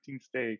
steak